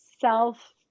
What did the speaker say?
self